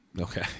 Okay